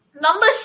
Number